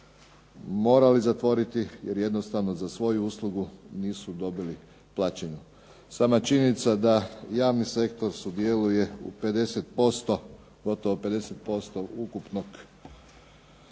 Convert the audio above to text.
morali zatvoriti jer jednostavno za svoju uslugu nisu dobili plaćeno. Sama činjenica da javni sektor sudjeluje u gotovo 50% ukupnih